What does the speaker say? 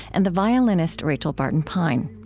and the violinist rachel barton pine.